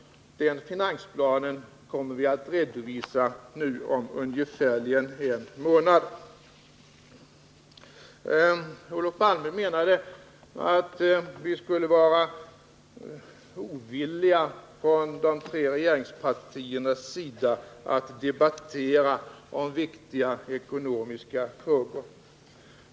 Den finansplanen kommer vi att redovisa om ungefärligen en månad. Olof Palme menade att vi skulle vara ovilliga från de tre regeringspartiernas sida att debattera viktiga ekonomiska frågor.